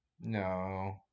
No